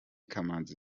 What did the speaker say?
kamanzi